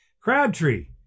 Crabtree